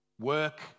work